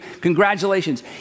congratulations